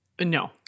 No